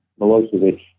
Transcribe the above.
Milosevic